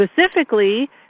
specifically